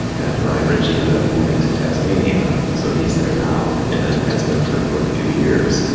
and bryan richie ended up moving to tasmania. so he's there now and has been for quite a few years.